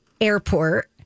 airport